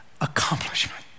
accomplishment